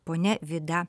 ponia vida